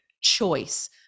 Choice